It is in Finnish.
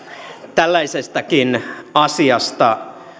tällaisestakin asiasta